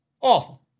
Awful